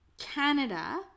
Canada